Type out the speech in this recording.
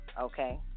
okay